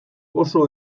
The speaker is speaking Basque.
oso